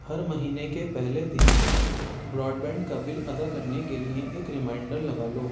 ہر مہینے کے پہلے دِن براڈ بینڈ کا بل ادا کرنے کے لیے ایک ریمائینڈر لگا لو